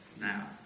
now